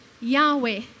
Yahweh